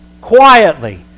quietly